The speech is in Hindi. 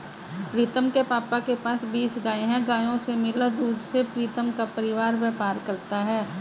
प्रीतम के पापा के पास बीस गाय हैं गायों से मिला दूध से प्रीतम का परिवार व्यापार करता है